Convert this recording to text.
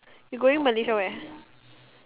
you going Malaysia where